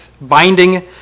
binding